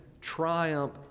triumph